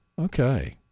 Okay